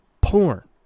porn